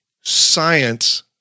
science